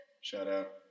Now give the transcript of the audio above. Shout-out